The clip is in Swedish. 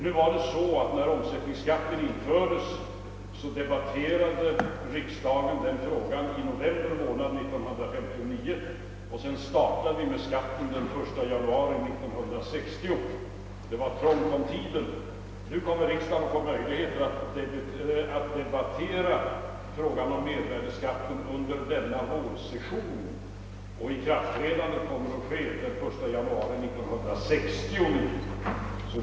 När omsättningsskatten skulle införas debatterade riksdagen frågan i november månad 1959, och sedan startade vi med skatten den 1 januari 1960. Det var alltså trångt om tid. Nu kommer riksdagen att få möjligheter att debattera förslaget om mervärdeskatt under denna vårsession, medan ikraftträdandet inte kommer att ske förrän den 1 januari 1969.